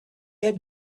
had